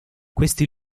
questi